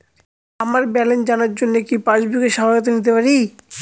আমার ব্যালেন্স জানার জন্য কি পাসবুকের সহায়তা নিতে পারি?